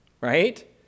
right